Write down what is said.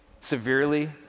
severely